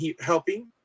helping